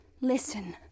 Listen